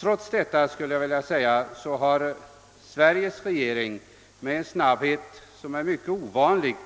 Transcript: Trots detta har Sveriges regering med en snabbhet som är mycket ovanlig